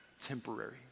temporary